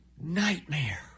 Nightmare